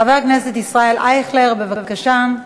חבר הכנסת אייכלר, בבקשה.